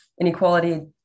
inequality